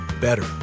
better